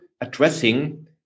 addressing